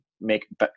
make